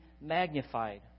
magnified